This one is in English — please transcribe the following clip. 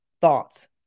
thoughts